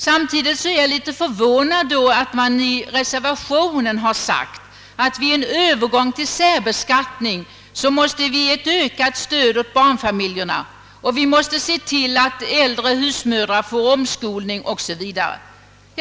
Samtidigt är jag litet förvånad över att man i reservationen har sagt att vid en Övergång till särbeskattning måste det lämnas ökat stöd åt barnfamiljerna, öppnas möjlighet för äldre husmödrar att få omskolning m.m.